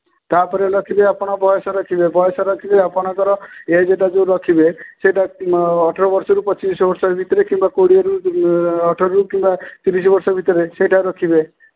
ତା'ପରେ ରଖିବେ ଆପଣ ବୟସ ରଖିବେ ବୟସ ରଖିବେ ଆପଣଙ୍କର ଏଜ୍ଟା ଯେଉଁ ରଖିବେ ସେଇଟା ଅଠର ବର୍ଷରୁ ପଚିଶ ବର୍ଷ ଭିତରେ କିମ୍ବା କୋଡ଼ିଏରୁ ଅଠରରୁ କିମ୍ବା ତିରିଶ ବର୍ଷ ଭିତରେ ସେଇଟା ରଖିବେ